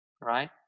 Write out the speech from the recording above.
right